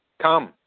Come